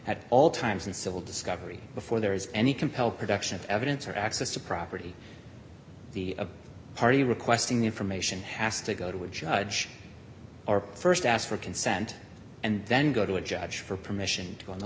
at all times and civil discovery before there is any compel production of evidence or access to property the party requesting information has to go to a judge or st ask for consent and then go to a judge for permission to go on the